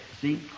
See